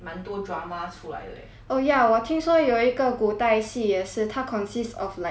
oh ya 我听说有一个古代戏也是他 consists of like two drama type